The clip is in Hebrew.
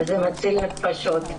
וזה מציל נפשות.